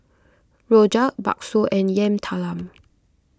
Rojak Bakso and Yam Talam